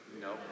No